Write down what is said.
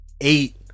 Eight